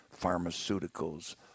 pharmaceuticals